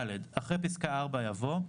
"(ד)אחרי פסקה (4) יבוא: